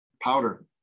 powder